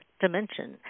dimension